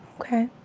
okay.